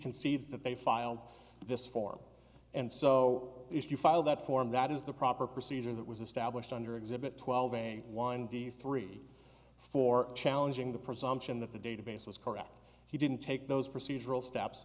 concedes that they filed this form and so if you file that form that is the proper procedure that was established under exhibit twelve and windy three for challenging the presumption that the database was correct he didn't take those procedural steps